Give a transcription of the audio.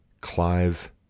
Clive